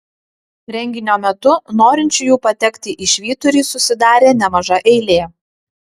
renginio metu norinčiųjų patekti į švyturį susidarė nemaža eilė